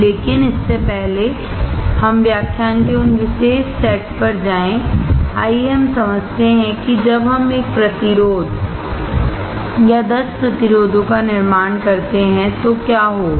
लेकिन इससे पहले कि हम व्याख्यान के उन विशेष सेट पर जाएं आइए हम समझते हैं कि जब हम 1 प्रतिरोध या 10 प्रतिरोधों का निर्माण करते हैं तो क्या होगा